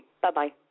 Bye-bye